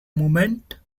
moment